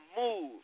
move